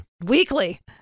weekly